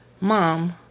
Mom